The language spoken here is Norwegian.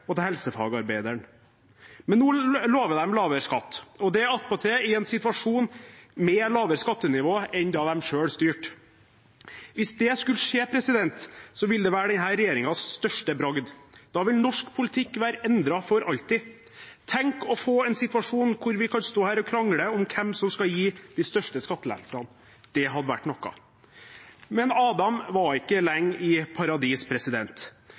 og til helsefagarbeideren. Nå lover de lavere skatt, og det attpåtil i en situasjon med lavere skattenivå enn da de selv styrte. Hvis det skulle skje, ville det være denne regjeringens største bragd. Da ville norsk politikk være endret for alltid. Tenk å få en situasjon der vi kan stå her og krangle om hvem som skal gi de største skattelettene. Det hadde vært noe. Men Adam var ikke lenge i paradis.